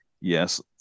Yes